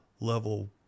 level